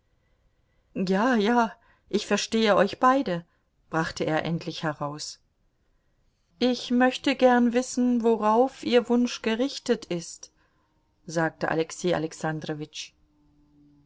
ja ja ich verstehe euch beide brachte er endlich heraus ich möchte gern wissen worauf ihr wunsch gerichtet ist sagte alexei